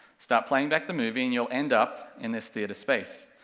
start playing back the movie and you'll end up in this theater space.